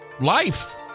life